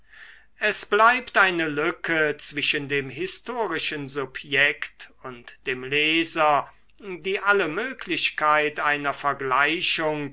es bleibt eine lücke zwischen dem historischen subjekt und dem leser die alle möglichkeit einer vergleichung